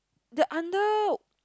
the under